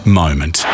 moment